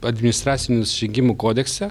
administracinių nusižengimų kodekse